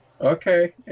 okay